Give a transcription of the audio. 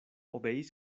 obeis